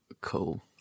cool